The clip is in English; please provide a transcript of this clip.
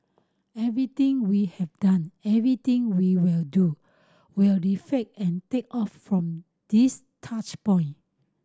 everything we have done everything we will do will reflect and take off from these touch point